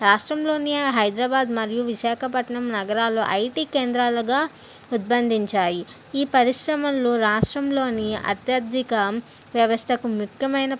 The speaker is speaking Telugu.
రాష్ట్రంలోని హైదరాబాద్ మరియు విశాఖపట్నం నగరాలు ఐటీ కేంద్రాలుగా ఉద్భవించాయి ఈ పరిశ్రమల్లో రాష్ట్రంలోని అత్యధికం వ్యవస్థకు ముఖ్యమైన